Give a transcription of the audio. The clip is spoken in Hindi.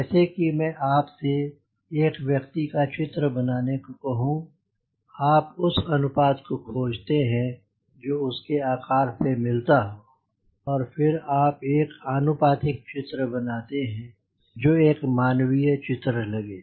जैसे कि मैं आपसे एक व्यक्ति का चित्र बनाने को कहूंआप उस अनुपात को खोजते हैं जो उसके आकर से मिलता हो और फिर आप एक आनुपातिक चित्र बनाते हैं जो एक मानवीय चित्र लगे